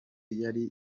yari